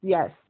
Yes